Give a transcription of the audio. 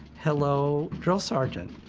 hello, drill sergeant.